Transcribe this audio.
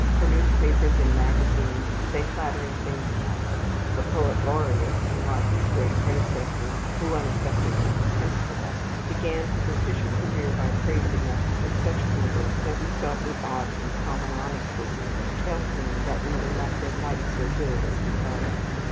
her newspapers and magazines say flattering things about us. her poet-laureate unlike his great predecessor who unaffectedly detested us began his official career by praising us with such fervour that we felt we ought in common honesty to tell him that we were nothing like so good as he thought us.